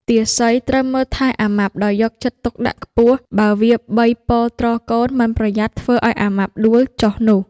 ទាសីត្រូវមើលថែអាម៉ាប់ដោយយកចិត្តទុកដាក់ខ្ពស់ បើវាបីពរទ្រកូនមិនប្រយ័ត្នធ្វើឱ្យ អាម៉ាប់ដួលចុះនោះ?។